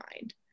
mind